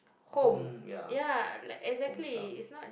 home ya like exactly is not